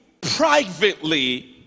privately